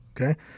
Okay